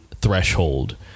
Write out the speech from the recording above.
threshold